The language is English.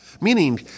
Meaning